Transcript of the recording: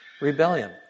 rebellion